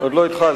עוד לא התחלת.